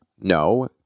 no